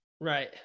Right